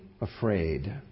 afraid